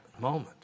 moment